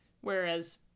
Whereas